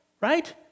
right